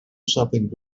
something